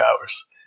hours